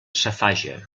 safaja